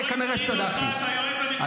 וכנראה שצדקתי.